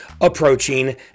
approaching